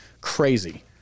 Crazy